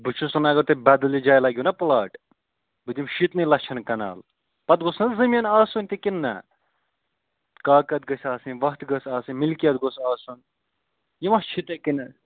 بہٕ چھُس وَنان اگر تۄہہِ بَدلہِ جایہِ لَگِوُ نہ پٕلاٹ بہٕ دِمہٕ شیٖتنٕے لَچھَن کَنال پَتہٕ گوٚژھ نہ زٔمیٖن آسُن تہِ کِنہٕ نہ کاکَد گٔژھۍ آسٕنۍ وَتھ تہِ گٔژھ آسٕنۍ مِلکِیَت گوٚژھ آسُن یہِ ما چھِ